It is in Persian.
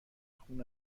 خون